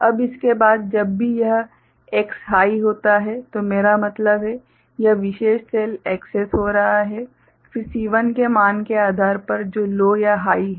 अब उसके बाद जब भी यह X हाइ होता है तो मेरा मतलब है कि यह विशेष सेल एक्सेस हो रहा है फिर C1 के मान के आधार पर जो लो या हाइ है